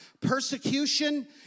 persecution